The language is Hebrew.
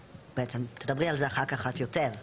בעצם תדברי על זה אחר כך את יותר.